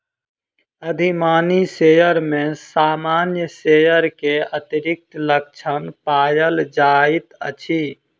अधिमानी शेयर में सामान्य शेयर के अतिरिक्त लक्षण पायल जाइत अछि